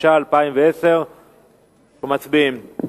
התשע"א 2010. אנחנו מצביעים.